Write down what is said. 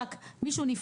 תק מישהו נפגע.